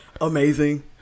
amazing